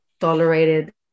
tolerated